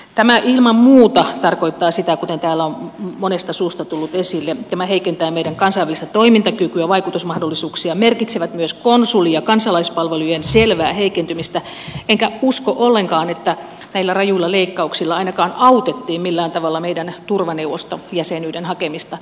tämä ilman muuta tarkoittaa sitä kuten täällä on monesta suusta tullut esille että tämä heikentää meidän kansainvälistä toimintakykyämme vaikutusmahdollisuuksiamme merkitsee myös konsuli ja kansalaispalvelujen selvää heikentymistä enkä usko ollenkaan että näillä rajuilla leikkauksilla ainakaan autettiin millään tavalla meidän turvaneuvostojäsenyyden hakemista